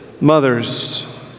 Mothers